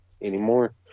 anymore